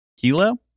Kilo